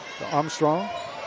Armstrong